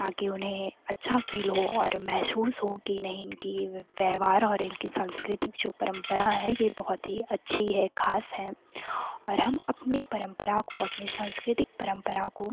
ताकि उन्हें अच्छा फील हो और महसूस हो कि नहीं इनकी व्यवहार और इनकी सांस्कृतिक जो परंपरा है यह बहुत ही अच्छी है खास है और हम अपनी परंपरा को अपनी सांस्कृतिक परंपरा को